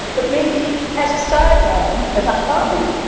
but maybe as a sideline, as a hobby!